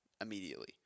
immediately